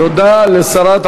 תודה לשרת המשפטים.